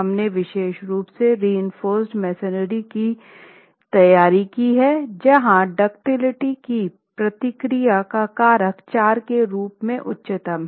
हमने विशेष रूप से रीइंफोर्स्ड मेंसरी की तैयार किया है जहां डाक्टिलिटी की प्रतिक्रिया का कारक 4 के रूप में उच्चतम है